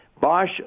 Bosch